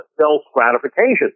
self-gratification